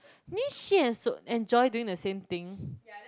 and Joy doing the same thing